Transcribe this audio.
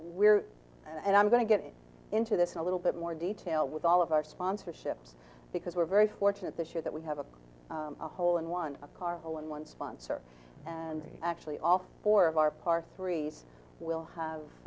we're and i'm going to get into this a little bit more detail with all of our sponsorships because we're very fortunate this year that we have a hole in one car all in one sponsor and actually all four of our par three will have